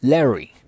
Larry